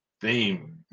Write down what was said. theme